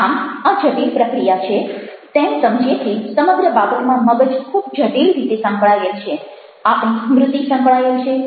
આમ આ જટિલ પ્રક્રિયા છે તેમ સમજ્યેથી સમગ્ર બાબતમાં મગજ ખૂબ જટિલ રીતે સંકળાયેલ છે આપણી સ્મ્રુતિ સંકળાય છે